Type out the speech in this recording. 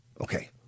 Okay